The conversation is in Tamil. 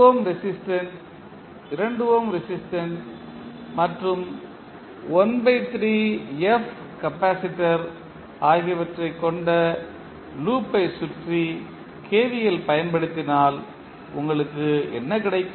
1Ω ரெசிஸ்டன்ஸ் 2Ω ரெசிஸ்டன்ஸ் மற்றும் கப்பாசிட்டர் ஆகியவற்றைக் கொண்ட லூப்பைச்சுற்றி KVL பயன்படுத்தினால் உங்களுக்கு என்ன கிடைக்கும்